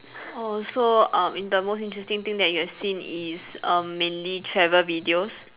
orh so uh in the most interesting thing you have seen is um mainly travel videos